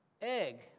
egg